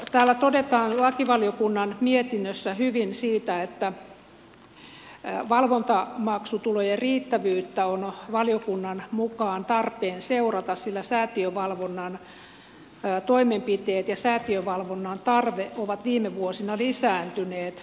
täällä lakivaliokunnan mietinnössä todetaan hyvin siitä että valvontamaksutulojen riittävyyttä on valiokunnan mukaan tarpeen seurata sillä säätiövalvonnan toimenpiteet ja säätiövalvonnan tarve ovat viime vuosina lisääntyneet